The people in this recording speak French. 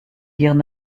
guerres